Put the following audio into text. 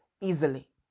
easily